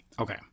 Okay